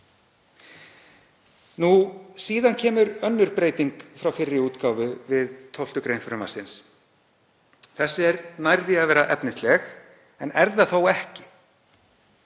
Síðan kemur önnur breyting frá fyrri útgáfu við 12. gr. frumvarpsins. Sú er nær því að vera efnisleg en er það þó ekki.